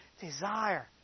desire